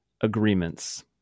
agreements